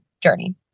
journey